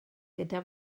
gyda